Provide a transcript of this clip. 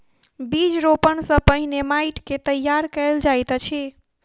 बीज रोपण सॅ पहिने माइट के तैयार कयल जाइत अछि